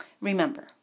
Remember